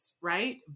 Right